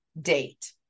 date